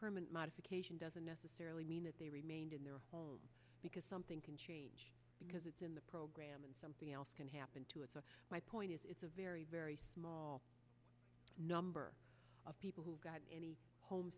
permanent modification doesn't necessarily mean that they remained in their home because something can change because it's in the program and something else can happen to it so my point is it's a very very small number of people who got any home